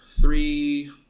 three